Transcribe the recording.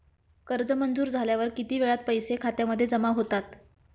कर्ज मंजूर झाल्यावर किती वेळात पैसे खात्यामध्ये जमा होतात?